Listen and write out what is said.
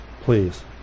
Please